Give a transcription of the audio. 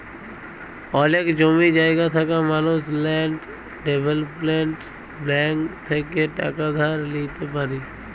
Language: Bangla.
অলেক জমি জায়গা থাকা মালুস ল্যাল্ড ডেভেলপ্মেল্ট ব্যাংক থ্যাইকে টাকা ধার লিইতে পারি